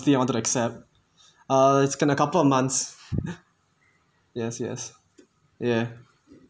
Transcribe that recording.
I want to accept err it's going a couple of months yes yes ya